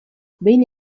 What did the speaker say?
behin